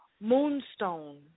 Moonstone